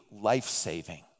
life-saving